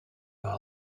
our